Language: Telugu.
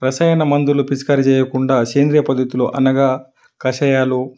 రసాయన మందులు పిచికారి జేయకుండా సేంద్రీయ పద్ధతులు అనగా కషాయాలు